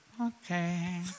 okay